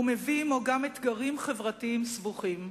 ומביא עמו גם אתגרים חברתיים סבוכים.